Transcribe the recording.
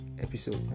episode